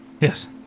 yes